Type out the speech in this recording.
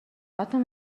одоо